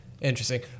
Interesting